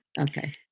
Okay